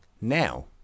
Now